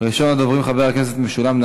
הנושא יועבר לוועדת החוץ והביטחון.